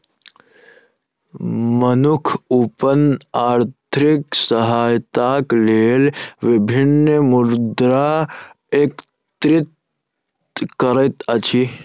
मनुख अपन आर्थिक सहायताक लेल विभिन्न मुद्रा एकत्रित करैत अछि